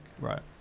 Right